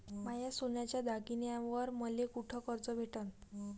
माया सोन्याच्या दागिन्यांइवर मले कुठे कर्ज भेटन?